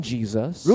Jesus